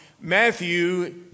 Matthew